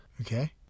Okay